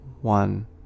one